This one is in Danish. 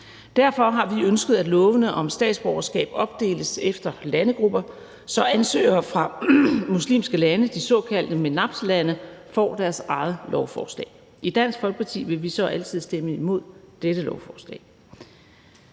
Derfor har vi ønsket, at lovforslagene om statsborgerskaber opdeles efter landegrupper, så ansøgere fra muslimske lande, de såkaldte MENAPT-lande, får deres eget lovforslag. I Dansk Folkeparti vil vi så altid stemme imod dette lovforslag.